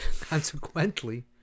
Consequently